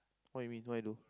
what you mean what you do